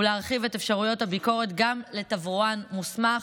ולהרחיב את אפשרויות הביקורת גם לתברואן מוסמך,